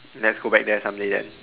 let's go back there someday then